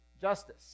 justice